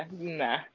nah